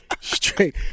Straight